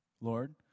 Lord